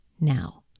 now